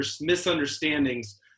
misunderstandings